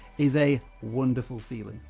is a wonderful feeling.